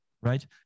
right